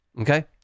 Okay